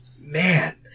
Man